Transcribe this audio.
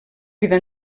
vida